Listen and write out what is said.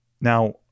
Now